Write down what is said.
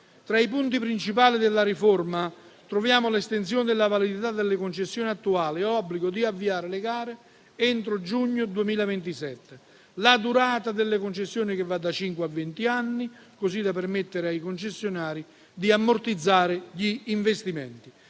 Tra i punti principali della riforma troviamo l'estensione della validità delle concessioni attuali, l'obbligo di avviare le gare entro giugno 2027 e la durata delle concessioni da cinque a venti anni, così da permettere ai concessionari di ammortizzare gli investimenti.